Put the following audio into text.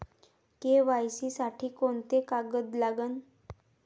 KYC साठी कोंते कागद लागन?